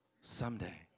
Someday